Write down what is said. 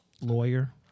Lawyer